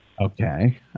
Okay